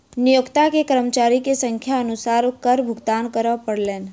नियोक्ता के कर्मचारी के संख्या अनुसार कर भुगतान करअ पड़लैन